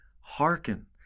hearken